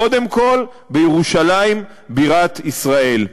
קודם כול, בירושלים בירת ישראל.